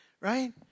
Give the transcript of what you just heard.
right